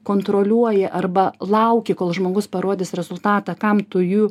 kontroliuoji arba lauki kol žmogus parodys rezultatą kam tu jų